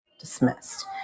dismissed